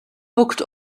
booked